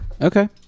okay